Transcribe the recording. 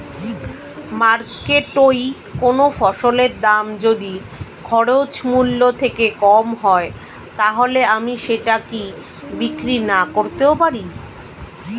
মার্কেটৈ কোন ফসলের দাম যদি খরচ মূল্য থেকে কম হয় তাহলে আমি সেটা কি বিক্রি নাকরতেও পারি?